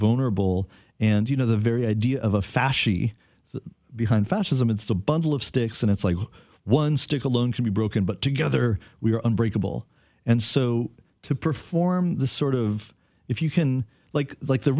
vulnerable and you know the very idea of a fashion behind fascism it's a bundle of sticks and it's like one stick alone can be broken but together we are and breakable and so to perform this sort of if you can like like the